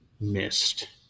missed